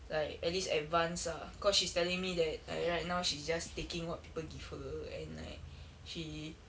like at least advance ah cause she's telling me that like right now she's just taking what people give her and like she